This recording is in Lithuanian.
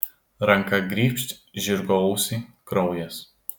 ranka grybšt žirgo ausį kraujas